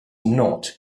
not